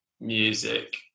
music